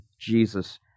Jesus